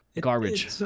garbage